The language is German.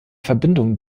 verbindung